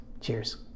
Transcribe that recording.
Cheers